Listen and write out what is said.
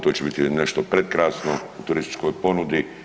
To će biti nešto prekrasno u turističkoj ponudi.